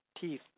teeth